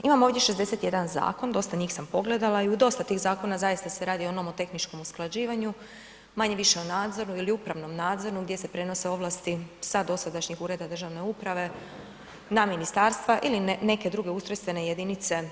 Imamo ovdje 61 zakon, dosta njih sam pogledala i u dosta tih zakona zaista se radi o nomotehničkom usklađivanju, manje-više nadzoru ili upravnom nadzoru gdje se prenose ovlasti sa dosadašnjih ureda državne uprave na ministarstva ili neke druge ustrojstvene jedinice.